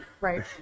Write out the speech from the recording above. right